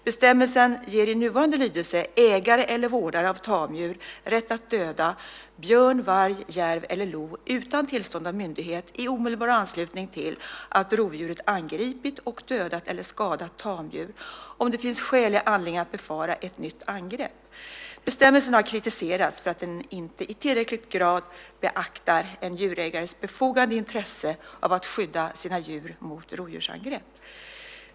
Bestämmelsen ger i nuvarande lydelse ägare eller vårdare av tamdjur rätt att döda björn, varg, järv eller lo utan tillstånd av myndighet i omedelbar anslutning till att rovdjuret angripit och dödat eller skadat tamdjur om det finns skälig anledning att befara ett nytt angrepp. Bestämmelsen har kritiserats för att den inte i tillräcklig grad beaktar en djurägares befogade intresse av att skydda sina djur mot rovdjursangrepp.